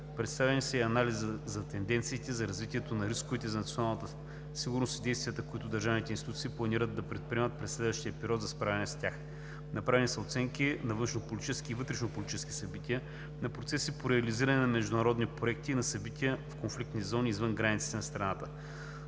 Представени са и анализи за тенденциите за развитието на рисковете за националната сигурност и действията, които държавните институции планират да предприемат през следващия период за справяне с тях. Направени са оценки на вътрешнополитически и външнополитически събития, на процеси по реализиране на международни проекти и на събития в конфликтни зони извън границите на страната.